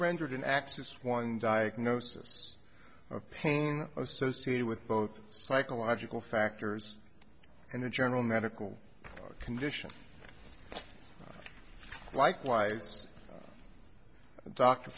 rendered in access one diagnosis of pain associated with both psychological factors and the general medical condition likewise dr